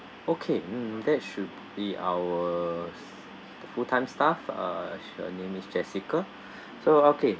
okay mm that should be our s~ full time staff uh sh~ her name is jessica so okay